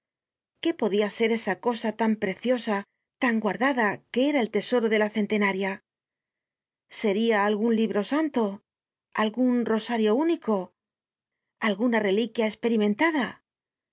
qué podia ser esa cosa tan preciosa tan guardada que era el tesoro de la centenaria seria algun libro santo algun rosario único alguna reliquia esperimentada